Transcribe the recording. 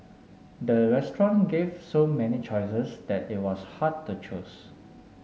the restaurant gave so many choices that it was hard to choose